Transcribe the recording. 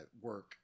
work